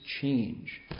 change